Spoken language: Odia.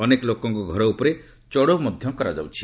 ଅନେକ ଲୋକଙ୍କ ଘର ଉପରେ ଚଢ଼ଉ ମଧ୍ୟ କରାଯାଇଛି